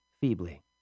feebly